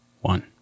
one